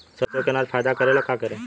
सरसो के अनाज फायदा करेला का करी?